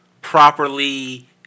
Properly